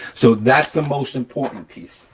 so that's the most important piece.